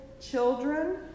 children